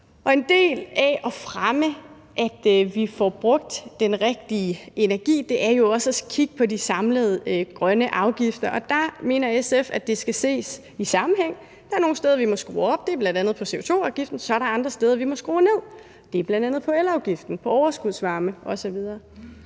En del af at fremme, at vi får brugt den rigtige energi, er jo også at kigge på de samlede grønne afgifter. Derfor mener SF, at det skal ses i sammenhæng. Der er nogle steder, vi må skrue op, det er bl.a. på CO2-afgiften, og så er der andre steder, hvor vi må skrue ned, og det er bl.a. på elafgiften, på overskudsvarme osv.